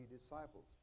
disciples